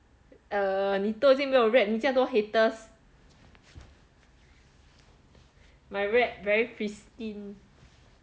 你都已经没有 rep 你这么多 haters my rep very pristine